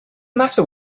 matter